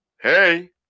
Hey